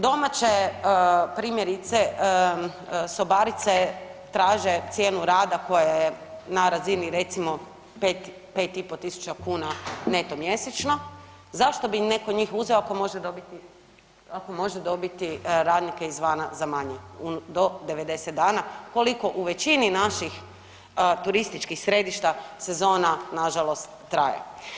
Domaće primjerice sobarice traže cijenu rada koja je na razini recimo 5, 5,5 tisuća kuna neto mjesečno zašto bi neko njih uzeo ako može dobiti, ako može dobiti radnika izvana za manje do 90 dana koliko u većini naših turističkih središta sezona nažalost traje.